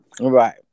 Right